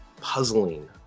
puzzling